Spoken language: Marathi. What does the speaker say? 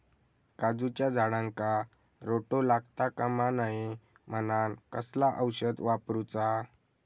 काजूच्या झाडांका रोटो लागता कमा नये म्हनान कसला औषध वापरूचा?